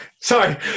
sorry